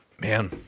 Man